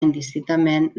indistintament